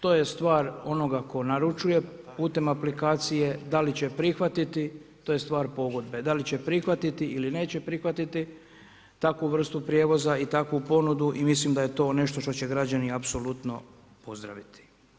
To je stvar onoga tko naručuje putem aplikacije, da li će prihvatiti to je stvar pogodbe, da li će prihvatiti ili neće prihvatiti takvu vrstu prijevoza i takvu ponudu i mislim da je to nešto što će građani apsolutno pozdraviti.